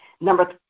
Number